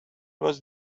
was